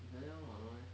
is like that [one] [what] no meh